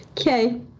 Okay